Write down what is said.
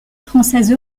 française